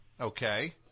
Okay